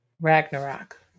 Ragnarok